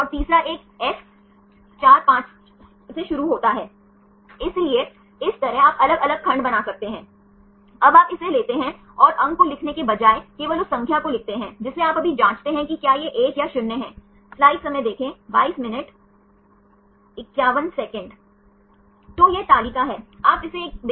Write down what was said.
यदि केवल हमारे पास केवल 4 परमाणु हैं तो आप घुमा सकते हैं लेकिन इस मामले में हमारे पास आर समूह हैं और आपके पास हाइड्रोजन है और आपके पास अन्य परमाणु हैं इस मामले में सभी घुमावों के लिए रोटेशन की अनुमति नहीं है यह प्रतिबंधित है कुछ रोटेशन के लिए